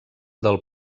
del